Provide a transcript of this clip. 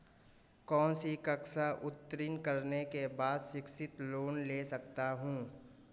कौनसी कक्षा उत्तीर्ण करने के बाद शिक्षित लोंन ले सकता हूं?